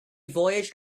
voyaged